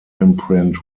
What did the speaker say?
imprint